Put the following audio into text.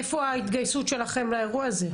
איפה ההתגייסות שלכם לאירוע הזה?